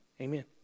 amen